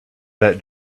that